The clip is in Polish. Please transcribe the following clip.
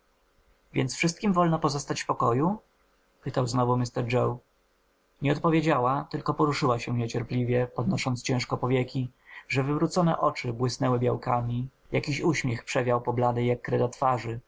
więc wszystkim wolno pozostać w pokoju pytał znowu mr joe nie odpowiedziała tylko poruszyła się niecierpliwie podnosząc ciężkie powieki że wywrócone oczy błysnęły białkami jakiś uśmiech przewiał po bladej jak kreda twarzy